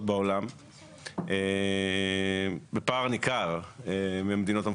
בעולם בפער ניכר מהמדינות המפותחות.